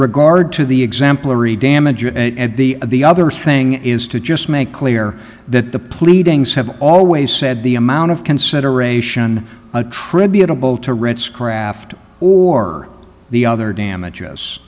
regard to the exemplary damage and the of the other thing is to just make clear that the pleadings have always said the amount of consideration attributable to ritz craft or the other damage